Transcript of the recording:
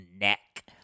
neck